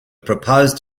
proposed